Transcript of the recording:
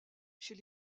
chez